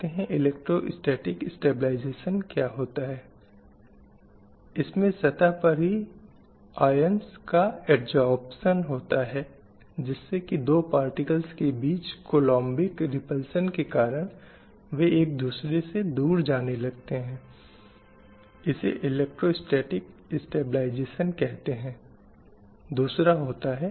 इनमें से प्रत्येक में अपने अधिकारों को सुरक्षित रखने के लिए लगातार संघर्ष किया गया है और यह संघर्ष वास्तव में बहुत कठिन था शायद सदियों से चला आ रहा है और कुछ मामलों में आज भी यह एक संघर्ष है जो जारी है एक उदाहरण के लिए जैसे कि कुछ राष्ट्रों में महिलाओं के पास किसी चीज को वोट देने का अधिकार नहीं था